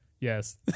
Yes